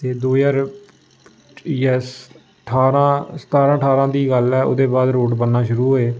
ते दो ज्हार इ'यै स ठारां सतारां ठारां दी गल्ल ऐ ओह्दे बाद रोड़ बनना शुरू होए